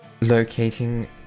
locating